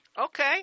okay